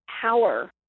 power